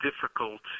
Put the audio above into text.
difficult